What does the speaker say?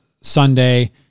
Sunday